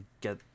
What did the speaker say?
get